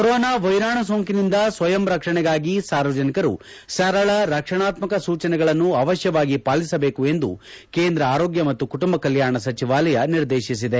corona ವೈರಾಣು ಸೋಂಕಿನಿಂದ ಸ್ವಯಂ ರಕ್ಷಣೆಗಾಗಿ ಸಾರ್ವಜನಿಕರು ಸರಳ ರಕ್ಷಣಾತ್ಮಕ ಸೂಚನೆಗಳನ್ನು ಅವಶ್ಯವಾಗಿ ಪಾಲಿಸಬೇಕು ಎಂದು ಕೇಂದ್ರ ಆರೋಗ್ಯ ಮತ್ತು ಕುಟುಂಬ ಕಲ್ಕಾಣ ಸಚಿವಾಲಯ ನಿರ್ದೇಶಿಸಿದೆ